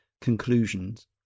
conclusions